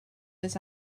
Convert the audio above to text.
this